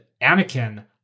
Anakin